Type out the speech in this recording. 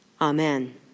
Amen